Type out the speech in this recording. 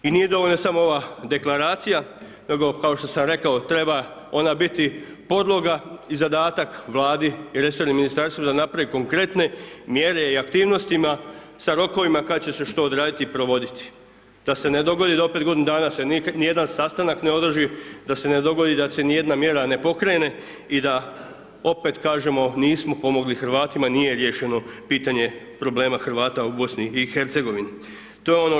I nije dovoljno samo ova Deklaracija, nego kao što sam rekao, treba ona biti podloga i zadatak Vladi i resornim ministarstvima da naprave konkretne mjere i aktivnosti sa rokovima kada će se što odraditi i provoditi da se ne dogodi da opet godinu dana se niti jedan sastanak ne održi, da se ne dogodi da se ni jedna mjera ne pokrene i da opet kažemo nismo pomogli Hrvatima, nije riješeno pitanje problema Hrvata u Bosni i Hercegovini.